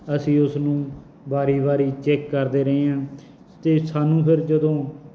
ਅਸੀਂ ਉਸ ਨੂੰ ਵਾਰੀ ਵਾਰੀ ਚੈੱਕ ਕਰਦੇ ਰਹੇ ਹਾਂ ਅਤੇ ਸਾਨੂੰ ਫਿਰ ਜਦੋਂ